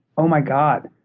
oh, my god.